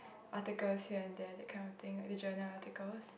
articles here and there that kind of thing like the journal articles